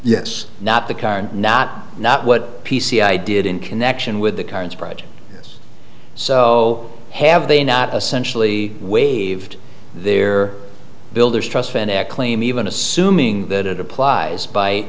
yes not the current not not what p c i did in connection with the current project so have they not essentially waived their builder's trust fund at claim even assuming that it applies by